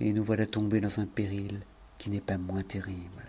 eaux ous voilà tombés dans un péril qui n'est pas moins terrible